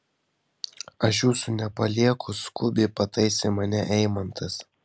aš jūsų nepalieku skubiai pataisė mane eimantas